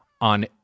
on